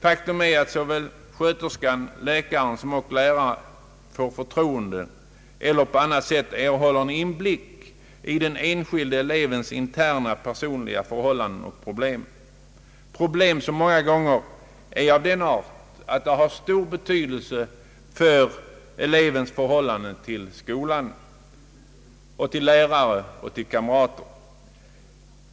Faktum är att såväl sköterskan och läkaren som lärarna får förtroenden eller på annat sätt en inblick i den enskilde elevens interna personliga förhållanden och problem, problem som många gånger är av den art att de har stor betydelse för elevens förhållande till skolan, till lärare och kamrater.